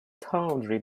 tawdry